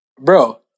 Bro